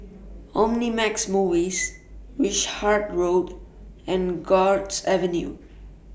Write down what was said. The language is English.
Omnimax Movies Wishart Road and Guards Avenue